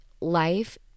life